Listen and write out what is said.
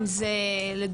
אם זה לדוגמא,